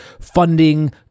funding